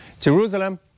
Jerusalem